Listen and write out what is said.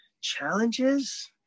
Challenges